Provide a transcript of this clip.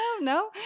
no